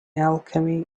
alchemy